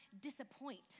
disappoint